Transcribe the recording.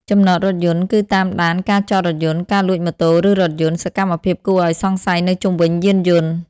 ចំណតរថយន្ត គឺតាមដានការចតរថយន្ត ការលួចម៉ូតូឬរថយន្ត សកម្មភាពគួរឱ្យសង្ស័យនៅជុំវិញយានយន្ត។